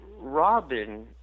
Robin